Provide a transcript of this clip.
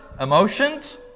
emotions